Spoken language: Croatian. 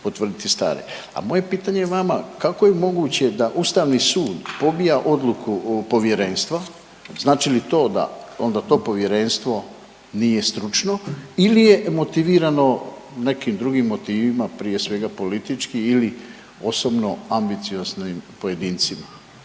A moje pitanje vama kako je moguće da Ustavni sud pobija odluku povjerenstva? Znači li to da onda to povjerenstvo nije stručno ili je motivirano nekim drugim motivima prije svega politički ili osobno ambicioznim pojedincima.